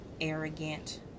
arrogant